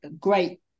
great